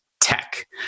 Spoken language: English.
tech